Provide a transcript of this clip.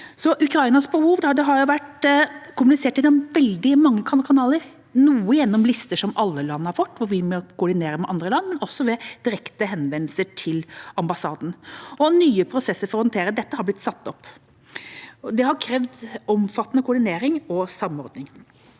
gjennom veldig mange kanaler, noe gjennom lister som alle land har fått, hvor vi må koordinere med andre land, men også ved direkte henvendelser til ambassaden. Nye prosesser for å håndtere dette har blitt satt opp. Det har krevd omfattende koordinering og samordning.